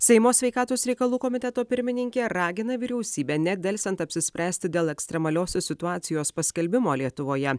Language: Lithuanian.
seimo sveikatos reikalų komiteto pirmininkė ragina vyriausybę nedelsiant apsispręsti dėl ekstremaliosios situacijos paskelbimo lietuvoje